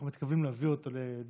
אנחנו מתכוונים להביא אותו לדיון,